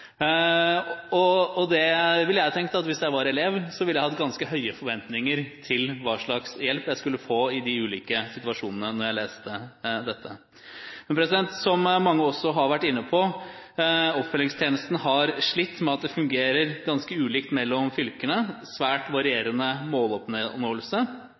jeg var elev, ville jeg hatt ganske høye forventninger til hva slags hjelp jeg skulle få i ulike situasjoner, når jeg leste dette. Som mange også har vært inne på: Oppfølgingstjenesten har slitt med at den fungerer ganske ulikt i fylkene. Det er svært